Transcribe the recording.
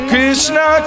Krishna